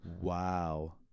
Wow